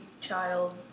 child